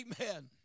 Amen